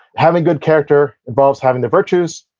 having good character involves having the virtues,